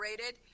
rated